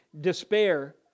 despair